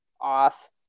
off